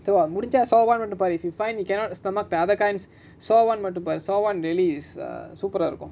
so ah முடிஞ்சா:mudinja saw one ஒன்னு பாவி:onnu paavi if you find you cannot stomach the other kind saw [one] மட்டு பாரு:mattu paaru saw [one] really is a super ah இருக்கு:iruku